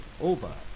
over